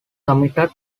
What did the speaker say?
committed